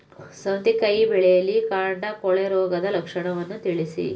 ಸೌತೆಕಾಯಿ ಬೆಳೆಯಲ್ಲಿ ಕಾಂಡ ಕೊಳೆ ರೋಗದ ಲಕ್ಷಣವನ್ನು ತಿಳಿಸಿ?